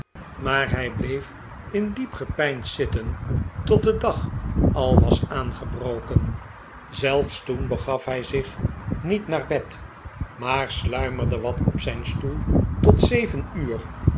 maar hij bleef in diep gepeins zitten tot de dag al was aangebroken zelfs toen begaf hij zich niet naar bed maar sluimerde wat op zijn stoel tot zeven uur